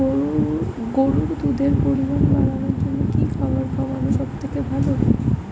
গরুর দুধের পরিমাণ বাড়ানোর জন্য কি খাবার খাওয়ানো সবথেকে ভালো?